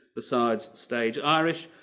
besides staged irish,